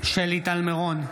שלי טל מירון,